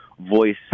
voice